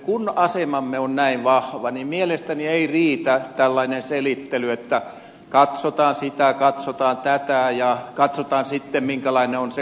kun asemamme on näin vahva niin mielestäni ei riitä tällainen selittely että katsotaan sitä katsotaan tätä ja katsotaan sitten minkälainen on se kokonaispaketti